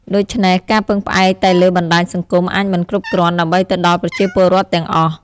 ដូច្នេះ ការពឹងផ្អែកតែលើបណ្ដាញសង្គមអាចមិនគ្រប់គ្រាន់ដើម្បីទៅដល់ប្រជាពលរដ្ឋទាំងអស់។